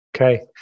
Okay